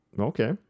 Okay